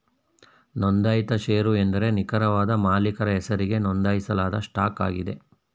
ನೊಂದಾಯಿತ ಶೇರು ಎಂದ್ರೆ ನಿಖರವಾದ ಮಾಲೀಕರ ಹೆಸರಿಗೆ ನೊಂದಾಯಿಸಲಾದ ಸ್ಟಾಕ್ ಆಗಿದೆ